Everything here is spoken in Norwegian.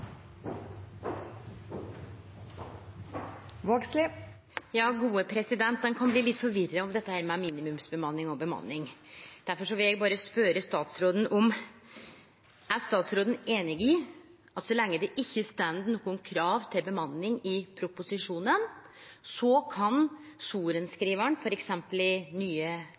Vågslid – til oppfølgingsspørsmål. Ein kan bli litt forvirra over dette med minimumsbemanning og bemanning. Difor vil eg berre spørje om statsråden er einig i at så lenge det ikkje står noko om krav til bemanning i proposisjonen, kan sorenskrivaren, f.eks. i nye